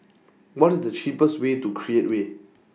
What IS The cheapest Way to Create Way